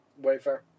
Wayfair